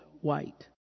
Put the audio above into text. white